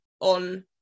on